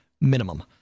minimum